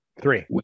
Three